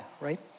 right